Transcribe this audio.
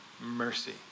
mercy